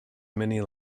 many